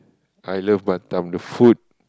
I love Batam the food